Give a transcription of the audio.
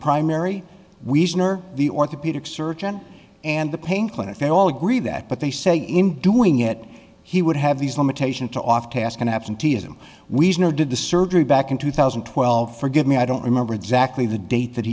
primary we are the orthopedic surgeon and the pain clinic they all agree that but they say in doing it he would have these limitations to off task and absenteeism we did the surgery back in two thousand and twelve forgive me i don't remember exactly the date that